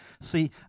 See